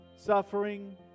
Suffering